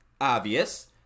obvious